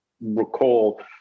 recall